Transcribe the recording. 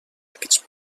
aquests